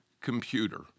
computer